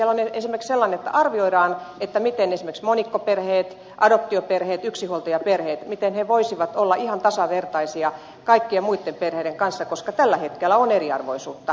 siellä on esimerkiksi sellainen että arvioidaan miten esimerkiksi monikkoperheet adoptioperheet ja yksinhuoltajaperheet voisivat olla ihan tasavertaisia kaikkien muitten perheitten kanssa koska tällä hetkellä on eriarvoisuutta